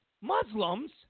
Muslims